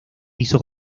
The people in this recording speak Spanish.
hizo